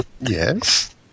Yes